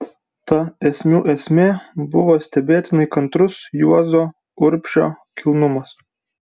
ta esmių esmė buvo stebėtinai kantrus juozo urbšio kilnumas